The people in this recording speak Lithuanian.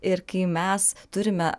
ir kai mes turime